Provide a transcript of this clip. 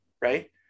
right